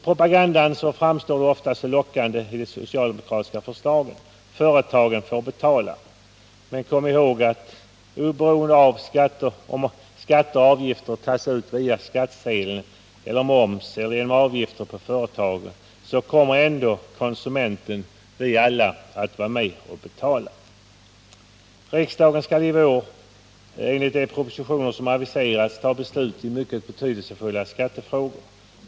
I propagandan framstår de socialdemokratiska förslagen ofta så lockande — företagen får betala — men kom ihåg att oberoende av om skatter och avgifter tas ut via skattsedel eller moms eller genom avgifter på företagen, så kommer ändå konsumenterna — vi alla — att vara med och betala. Riksdagen skall i vår enligt de propositioner som aviserats fatta beslut i mycket betydelsefulla skattefrågor.